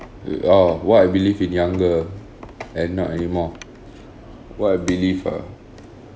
uh orh what I believe in younger and not anymore what I believe ah